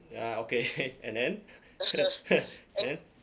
ah okay and then then